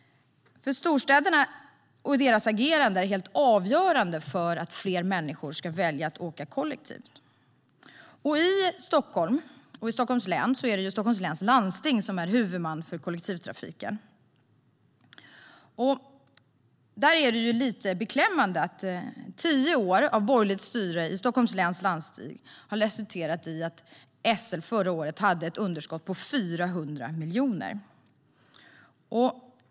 För storstäderna är det avgörande att fler människor ska välja att åka kollektivt. I Stockholm och Stockholms län är Stockholms läns landsting huvudman för kollektivtrafiken. Det är lite beklämmande att tio år av borgerligt styre i Stockholms läns landsting har resulterat i att SL förra året hade ett underskott på 400 miljoner.